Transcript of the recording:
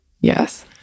yes